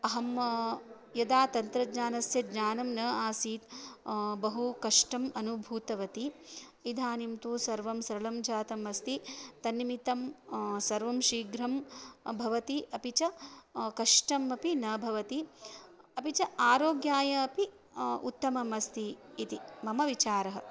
अहं यदा तन्त्रज्ञानस्य ज्ञानं न आसीत् बहु कष्टम् अनुभूतवती इदानीं तु सर्वं सरलं जातम् अस्ति तन्निमित्तं सर्वं शीघ्रं भवति अपि च कष्टमपि न भवति अपि च आरोग्याय अपि उत्तमम् अस्ति इति मम विचारः